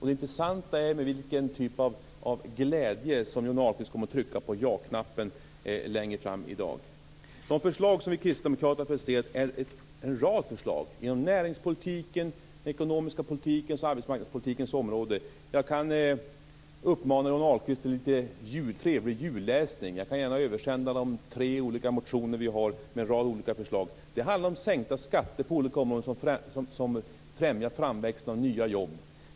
Det intressanta är med vilken typ av glädje Johnny Ahlqvist kommer att trycka på ja-knappen längre fram i dag. Vi kristdemokrater har presenterat en rad förslag inom näringspolitikens, den ekonomiska politikens och arbetsmarknadspolitikens områden. Jag kan uppmana Johnny Ahlqvist till lite trevlig julläsning - jag skall gärna översända våra tre motioner med en rad olika förslag. Det handlar om sänkta skatter på olika områden som främjar framväxten av nya jobb.